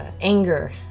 anger